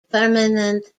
permanent